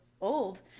old